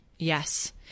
Yes